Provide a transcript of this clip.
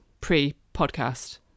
pre-podcast